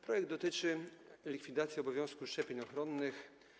Projekt dotyczy likwidacji obowiązku szczepień ochronnych.